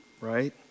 right